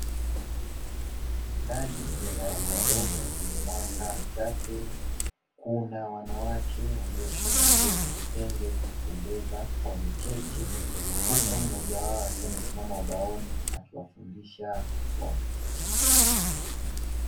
Ndani ya darasa dogo lenye mwanga mchache, kuna wanawake walioshona nguo za vitenge za kupendeza, wameketi huku mmoja wao akiwa amesimama ubaoni akiwafundisha kusoma.